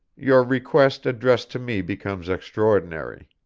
your request addressed to me becomes extraordinary.